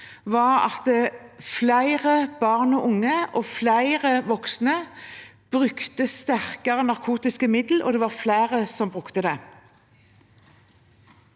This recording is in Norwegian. var at flere barn og unge og flere voksne brukte sterkere narkotiske midler, og det var flere som brukte det.